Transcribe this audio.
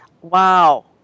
Wow